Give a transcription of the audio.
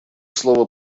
слово